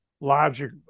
logic